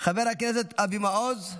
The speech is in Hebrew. חבר הכנסת אבי מעוז,